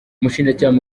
umushinjacyaha